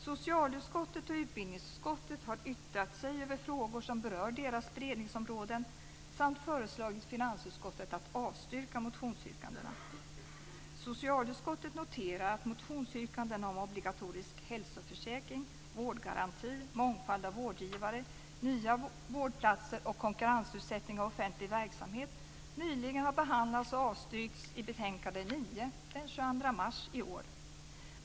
Socialutskottet och utbildningsutskottet har yttrat sig över frågor som berör deras beredningsområden samt föreslagit finansutskottet att avstyrka motionsyrkandena. Socialutskottet noterar att motionsyrkanden om obligatorisk hälsoförsäkring, vårdgaranti, mångfald av vårdgivare, nya vårdplatser och konkurrensutsättning av offentlig verksamhet nyligen har behandlats och avstyrkts i betänkande SoU9, den 22 mars i år.